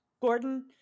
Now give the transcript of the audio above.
gordon